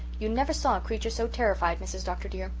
you never saw a creature so terrified, mrs. dr. dear.